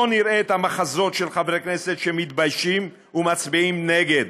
לא נראה את המחזות של חברי כנסת שמתביישים ומצביעים נגד,